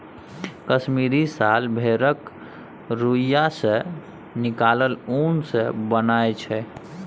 कश्मीरी साल भेड़क रोइयाँ सँ निकलल उन सँ बनय छै